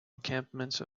encampment